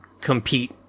compete